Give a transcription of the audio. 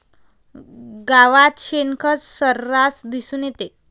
गावात शेणखत सर्रास दिसून येते